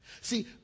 See